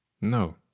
No